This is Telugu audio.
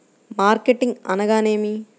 మార్కెటింగ్ అనగానేమి?